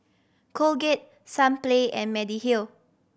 Colgate Sunplay and Mediheal